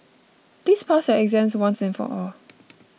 please pass your exams once and for all